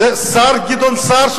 זה השר גדעון סער,